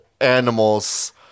animals